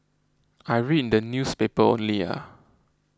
I read in the newspaper only